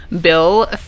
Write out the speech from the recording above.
bill